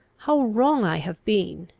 how wrong i have been,